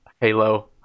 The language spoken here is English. halo